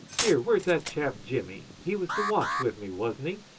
here, where's that chap jimmy? he was to watch with me, wasn't he?